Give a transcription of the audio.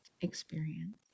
experience